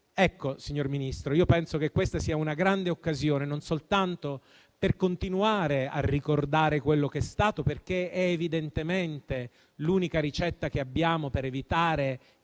Ecco, signor Ministro, io penso che questa sia una grande occasione non soltanto per continuare a ricordare quello che è stato, perché è evidentemente l'unica ricetta che abbiamo per evitare che